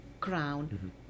crown